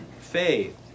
faith